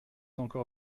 encore